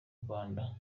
rwanda